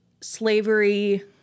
slavery